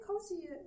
cozy